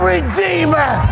Redeemer